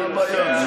מה הבעיה?